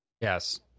Yes